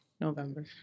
November